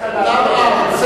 תקלה מידיו.